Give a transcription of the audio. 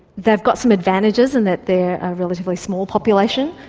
they've got some advantages in that they're a relatively small population.